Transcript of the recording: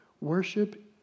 Worship